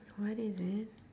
what is it